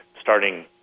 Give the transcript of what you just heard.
starting